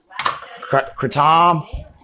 kratom